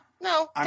no